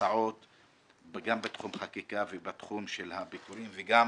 וההצעות גם בתחום חקיקה ובתחום ביקורים, וגם